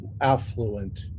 affluent